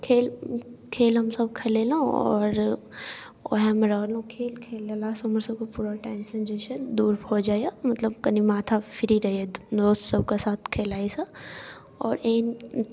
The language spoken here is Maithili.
खेल खेल हमसब खेलेलहुॅं आओर ओहाएमे रहलहुॅं खेल खेलेला सँ हमरसबके पूरा टेन्शन जे छै से दूर भऽ जाइया मतलब कनी माथा फ्री रहैया तऽ दोस्त सबके साथ खेलाइसँ आओर एहि